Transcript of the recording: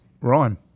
rhyme